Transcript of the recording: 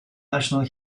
national